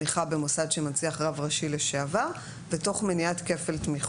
במוסד שמנציח רב ראשי לשעבר ותוך מניעת כפל תמיכות.